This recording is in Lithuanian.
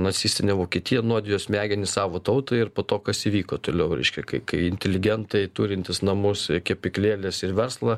nacistinė vokietija nuodijo smegenis savo tautai ir po to kas įvyko toliau reiškia kai kai inteligentai turintys namus kepyklėles ir verslą